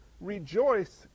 rejoice